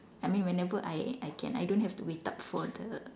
I mean whenever I I can I don't have to wait up for the